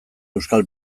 euskal